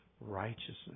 righteousness